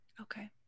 Okay